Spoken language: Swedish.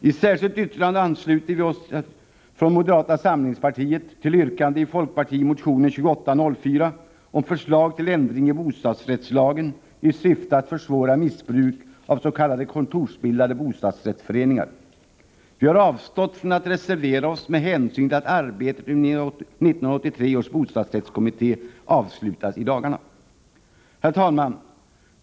I ett särskilt yttrande ansluter vi från moderata samlingspartiet oss till yrkandet i folkpartimotionen 2804 om förslag till ändring i bostadsrättslagen i syfte att försvåra missbruk av s.k. kontorsbildade bostadsrättsföreningar. Vi har avstått från att reservera oss med hänsyn till att arbetet inom 1983 års bostadsrättskommitté avslutas i dagarna. Herr talman!